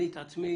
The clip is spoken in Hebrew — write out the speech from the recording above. אני את עצמי